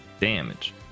damage